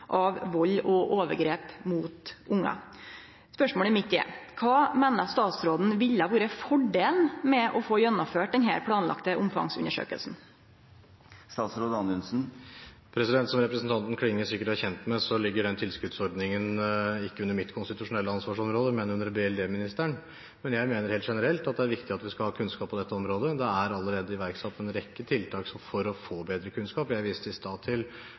av vold og overgrep mot barn». Spørsmålet mitt er: Kva meiner statsråden ville ha vore fordelen med å få gjennomført denne planlagde omfangsundersøkinga? Som representanten Klinge sikkert er kjent med, ligger denne tilskuddsordningen ikke under mitt konstitusjonelle ansvarsområde, men under barne-, likestillings- og inkluderingsministeren. Jeg mener helt generelt det er viktig at vi skal ha kunnskap på dette området. Det er allerede iverksatt en rekke tiltak for å få bedre kunnskap. Jeg viste i mitt innlegg i sted til